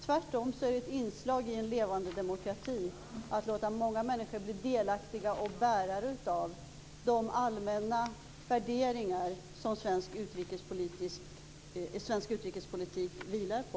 Tvärtom är det ett inslag i en levande demokrati att låta många människor bli delaktiga i och bärare av de allmänna värderingar som svensk utrikespolitik vilar på.